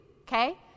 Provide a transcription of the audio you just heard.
okay